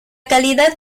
calidad